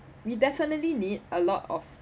we definitely need a lot of